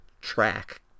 track